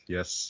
Yes